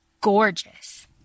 gorgeous